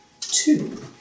Two